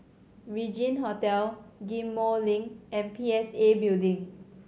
Regin Hotel Ghim Moh Link and P S A Building